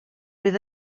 bydd